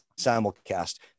simulcast